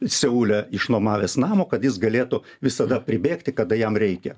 seule išnomavęs namo kad jis galėtų visada pribėgti kada jam reikia